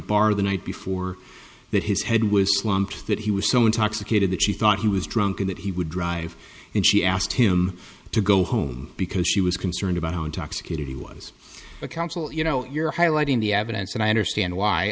bar the night before that his was slumped that he was so intoxicated that she thought he was drunk that he would drive and she asked him to go home because she was concerned about how intoxicated he was counsel you know you're highlighting the evidence and i understand why